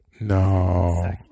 No